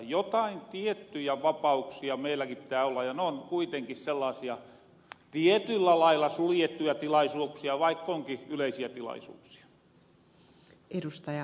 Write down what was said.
jotain tiettyjä vapauksia meilläki pitää olla ja noon kuitenki sellaasia tietyllä lailla suljettuja tilaisuuksia vaik onki yleisiä tilaisuuksia